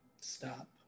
Stop